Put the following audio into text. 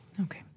Okay